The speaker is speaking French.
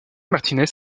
martínez